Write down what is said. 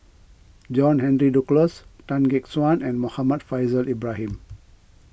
John Henry Duclos Tan Gek Suan and Muhammad Faishal Ibrahim